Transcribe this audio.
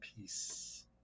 peace